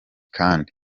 kandi